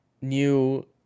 new